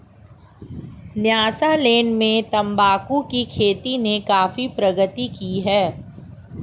Nyasaland में तंबाकू की खेती ने काफी प्रगति की है